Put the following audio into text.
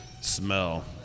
smell